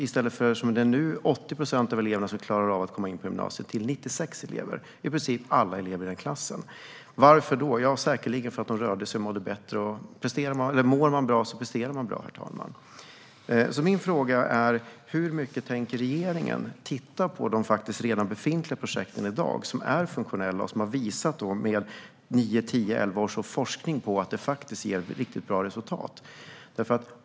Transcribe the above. I stället för att, som nu, 80 procent av eleverna klarar av att komma in på gymnasiet gick de till 96 procent av eleverna, i princip alla elever i den klassen. Varför då? Jo, säkerligen för att de rörde sig och mådde bättre. Mår man bra presterar man bra, herr talman. Min fråga är: Hur mycket tänker regeringen titta på de redan befintliga projekten i dag som är funktionella och har visat med nio, tio och elva års forskning att de ger riktigt bra resultat? Herr talman!